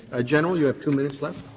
ah general, you have two minutes left.